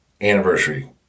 anniversary